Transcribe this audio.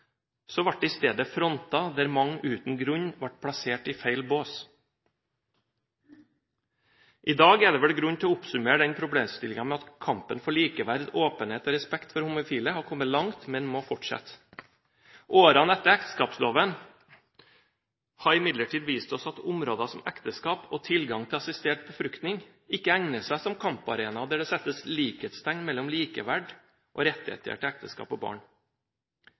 ble det i stedet fronter der mange uten grunn ble plassert i feil bås. I dag er det vel grunn til å oppsummere den problemstillingen slik: Kampen for likeverd, åpenhet og respekt for homofile har kommet langt, men den må fortsette. Årene etter ekteskapsloven har imidlertid vist oss at områder som ekteskap og tilgang til assistert befruktning ikke egner seg som kamparenaer der det settes likhetstegn mellom likeverd og rettigheter til ekteskap og barn.